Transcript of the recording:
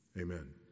Amen